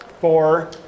four